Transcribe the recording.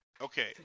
Okay